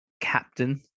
captain